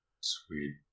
Sweet